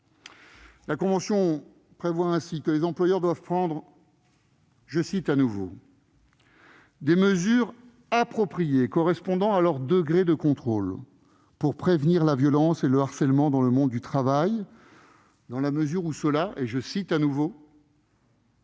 La convention prévoit ainsi que les employeurs doivent prendre des « mesures appropriées correspondant à leur degré de contrôle » pour prévenir la violence et le harcèlement dans le monde du travail, dans la mesure où cela est « pratiquement